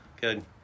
Good